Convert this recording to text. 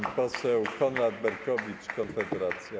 Pan poseł Konrad Berkowicz, Konfederacja.